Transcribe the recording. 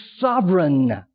sovereign